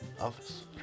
office